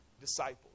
disciples